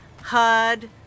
HUD